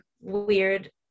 weird